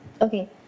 Okay